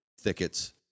thickets